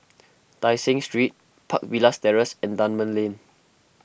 Tai Seng Street Park Villas Terrace and Dunman Lane